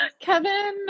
Kevin